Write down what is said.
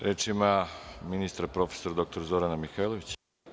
Reč ima ministar prof. dr Zorana Mihajlović.